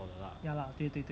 ya lah 对对对